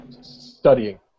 studying